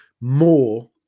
more